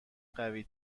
قوی